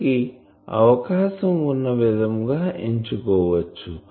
మనకి అవకాశం వున్న విధంగా ఎంచుకోవచ్చు